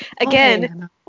Again